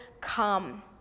come